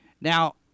Now